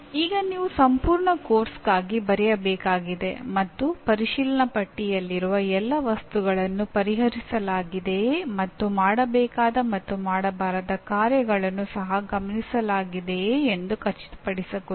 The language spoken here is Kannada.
ಈಗ ನೀವು ಸಂಪೂರ್ಣ ಪಠ್ಯಕ್ರಮಕ್ಕಾಗಿ ಬರೆಯಬೇಕಾಗಿದೆ ಮತ್ತು ಪರಿಶೀಲನಾಪಟ್ಟಿಯಲ್ಲಿರುವ ಎಲ್ಲಾ ವಸ್ತುಗಳನ್ನು ಪರಿಹರಿಸಲಾಗಿದೆಯೇ ಮತ್ತು ಮಾಡಬೇಕಾದ ಮತ್ತು ಮಾಡಬಾರದ ಕಾರ್ಯಗಳನ್ನು ಸಹ ಗಮನಿಸಲಾಗಿದೇ ಎಂದು ಖಚಿತಪಡಿಸಿಕೊಳ್ಳಿ